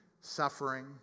suffering